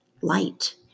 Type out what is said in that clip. light